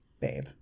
babe